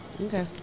Okay